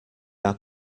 are